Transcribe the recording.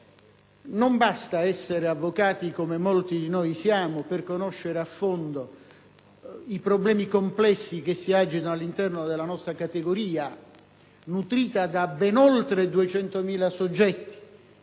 Non basta essere avvocati, come molti di noi siamo, per conoscere a fondo i problemi complessi che si agitano all'interno della nostra categoria, nutrita da ben oltre 200.000 soggetti,